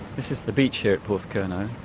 this is the beach here at porthcurno,